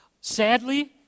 Sadly